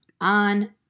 on